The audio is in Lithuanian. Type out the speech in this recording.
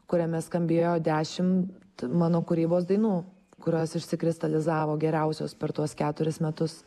kuriame skambėjo dešimt mano kūrybos dainų kurios išsikristalizavo geriausios per tuos keturis metus